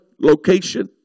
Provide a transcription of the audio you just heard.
location